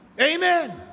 Amen